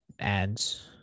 Ads